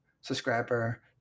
subscriber